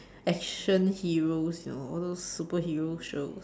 action heroes you know all those superhero show